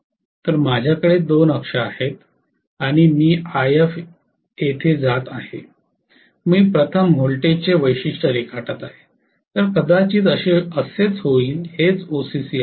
तर माझ्याकडे दोन अक्ष आहेत आणि मी If येथे जात आहे मी प्रथम व्होल्टेजचे वैशिष्ट्य रेखाटत आहे तर कदाचित असेच होईल हेच ओसीसी आहे